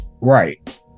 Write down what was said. Right